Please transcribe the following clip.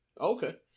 Okay